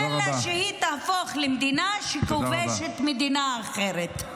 אלא שהיא תהפוך למדינה שכובשת מדינה אחרת.